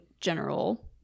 general